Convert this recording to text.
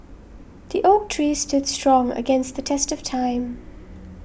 the oak tree stood strong against the test of time